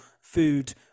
food